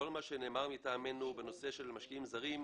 כל מה שנאמר מטעמנו בנושא של משקיעים זרים,